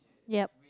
yup